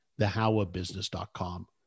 thehowabusiness.com